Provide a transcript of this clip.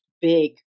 big